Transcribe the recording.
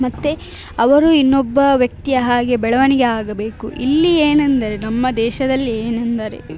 ಮತ್ತು ಅವರು ಇನ್ನೊಬ್ಬ ವ್ಯಕ್ತಿಯ ಹಾಗೆ ಬೆಳವಣಿಗೆ ಆಗಬೇಕು ಇಲ್ಲಿ ಏನೆಂದರೆ ನಮ್ಮ ದೇಶದಲ್ಲಿ ಏನೆಂದರೆ